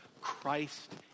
Christ